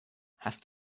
hast